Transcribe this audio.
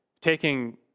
Taking